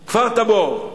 כפר-תבור,